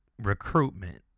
recruitment